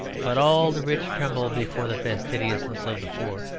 but all the rich tremble before the fastidiousness of the poor.